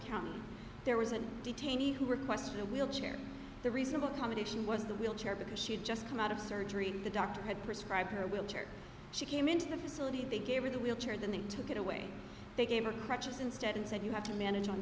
county there was a detainee who requests for a wheelchair the reasonable accommodation was the wheelchair because she had just come out of surgery the doctor had prescribed her wheelchair she came into the facility they gave her the wheelchair then they took it away they gave her crutches instead and said you have to manage on